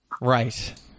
Right